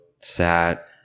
sat